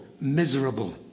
miserable